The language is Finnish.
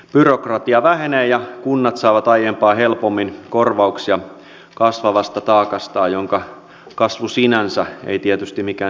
byrokratia vähenee ja kunnat saavat aiempaa helpommin korvauksia kasvavasta taakastaan jonka kasvu sinänsä ei tietysti mikään hyvä asia olekaan